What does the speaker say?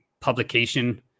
publication